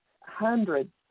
hundreds